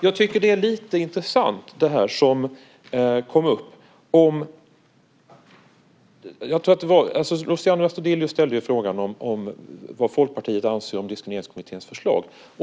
Jag tycker att det som kom upp är lite intressant. Luciano Astudillo ställde frågan vad Folkpartiet anser om Diskrimineringskommitténs förslag.